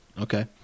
Okay